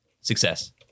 Success